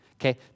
Okay